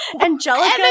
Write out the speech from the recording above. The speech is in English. angelica